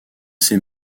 ses